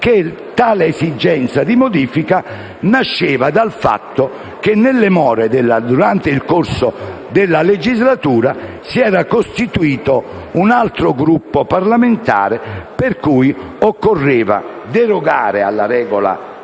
tale esigenza di modifica nasceva dal fatto che, durante il corso della legislatura, si era costituito un altro Gruppo parlamentare, per cui occorreva derogare alla regola generale